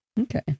Okay